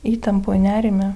įtampoj nerime